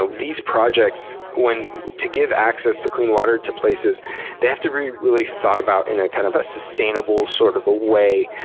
ah these projects, to give access to clean water to places they have to be really thought about in ah kind of a sustainable sort of a way.